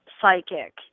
psychic